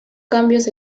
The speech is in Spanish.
cambios